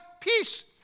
peace